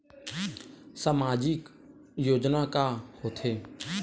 सामाजिक योजना का होथे?